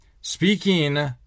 Speaking